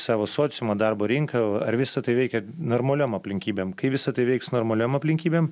savo sociumą darbo rinką ar visa tai veikia normaliom aplinkybėm kai visa tai veiks normaliom aplinkybėm